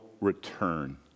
return